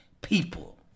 people